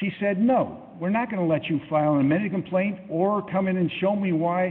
she said no we're not going to let you file an american plane or come in and show me why